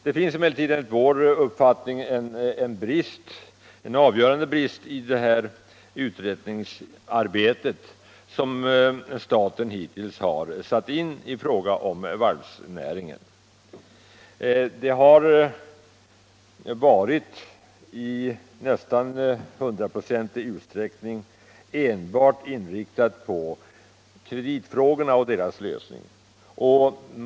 Det finns emellertid enligt vår uppfattning en avgörande brist i det utredningsarbete som staten hittills har bedrivit i fråga om varvsnäringen. Det har varit i nästan hundraprocentig utsträckning enbart inriktat på kreditfrågorna och deras lösning.